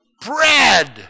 bread